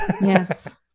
Yes